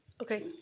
okay,